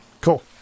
Cool